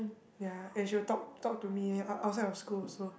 ya and she will talk talk to me out outside of school also